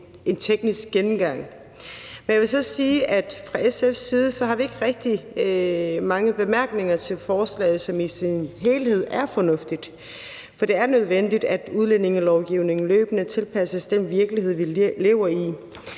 en teknisk gennemgang. Men jeg vil så sige, at vi fra SF's side ikke rigtig har mange bemærkninger til forslaget, som i sin helhed er fornuftigt. For det er nødvendigt, at udlændingelovgivningen løbende tilpasses den virkelighed, vi lever i.